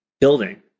building